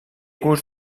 gust